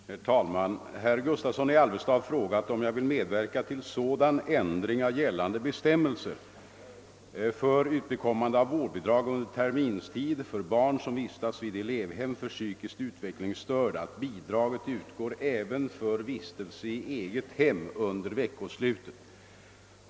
Herr talman! Herr Gustavsson i Alvesta har frågat, om jag vill medverka till sådan ändring av gällande bestämmelser för utbekommande av vårdbidrag under terminstid för barn som vistas vid elevhem för psykiskt utvecklingsstörda, att bidraget utgår även för vistelse i eget hem under veckoslut.